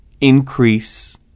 increase